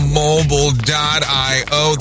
mobile.io